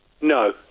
No